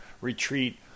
Retreat